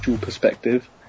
perspective